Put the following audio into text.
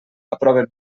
aproven